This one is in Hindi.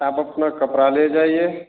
आप अपना कपड़ा ले जाइए